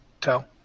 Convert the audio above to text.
tell